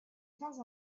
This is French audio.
temps